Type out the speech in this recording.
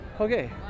Okay